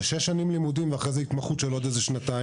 זה שש שנים לימודים ואחר כך התמחות של עוד שנתיים,